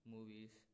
Movies